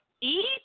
eat